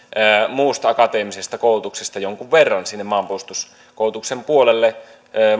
muusta akateemisesta koulutuksesta jonkun verran sinne maanpuolustuskoulutuksen puolelle